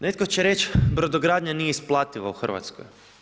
Netko će reći, brodogradnja nije isplativa u Hrvatskoj.